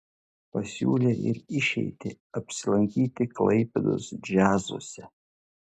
pasiūlė ir išeitį apsilankyti klaipėdos džiazuose